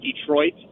Detroit